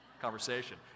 conversation